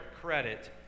credit